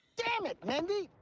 goddamn it, mindy.